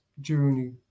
journey